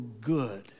good